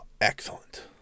excellent